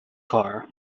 car